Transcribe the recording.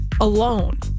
alone